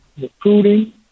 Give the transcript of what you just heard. recruiting